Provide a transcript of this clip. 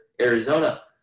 Arizona